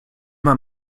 man